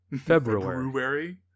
February